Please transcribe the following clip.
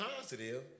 positive